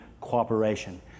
cooperation